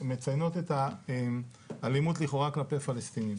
מציינות את האלימות לכאורה כלפי פלסטינים.